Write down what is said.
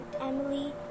Emily